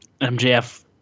MJF